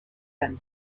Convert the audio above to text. anne